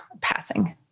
passing